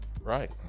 Right